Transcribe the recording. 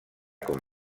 com